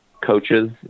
coaches